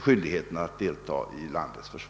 skyldigheten att delta i landets försvar.